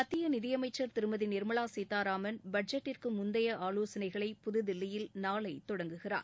மத்திய நிதியமைச்சர் திருமதி நிர்மலா சீதாராமன பட்ஜெட்டிற்கு முந்தைய ஆலோசனைகளை புதுதில்லியில் நாளை தொடங்குகிறார்